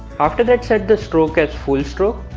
after that set the stroke as full stroke